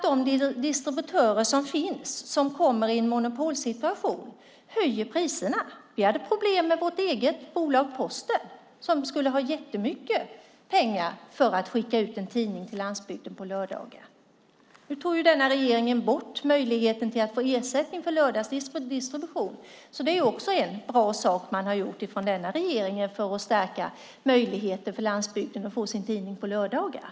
De distributörer som finns, som kommer i en monopolsituation, höjer priserna. Vi hade problem med vårt eget bolag Posten, som skulle ha jättemycket pengar för att skicka ut en tidning till landsbygden på lördagar. Nu tog denna regering bort möjligheten att få ersättning för lördagsdistribution. Det är ju också en bra sak man har gjort från denna regering när det gäller att stärka möjligheten för människor på landsbygden att få sin tidning på lördagar.